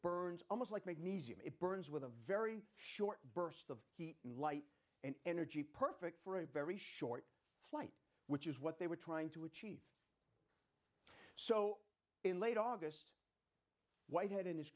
burns almost like medium it burns with a very short burst of heat and light and energy perfect for a very short flight which is what they were trying to achieve so in late august whitehead and his